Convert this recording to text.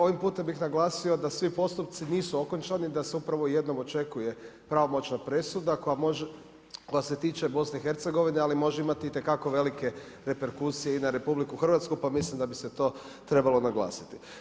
Ovim putem bih naglasio da svi postupci nisu okončani i da se upravo jednom očekuje pravomoćna presuda koja se tiče BIH ali može imati itekako velike reperkusije i na RH, pa mislim da bi se to trebalo naglasiti.